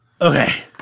Okay